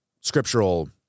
scriptural